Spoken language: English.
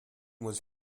was